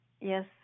Yes